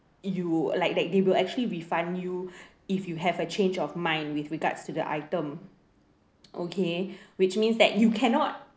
you like that they will actually refund you if you have a change of mind with regards to the item okay which means that you cannot